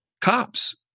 cops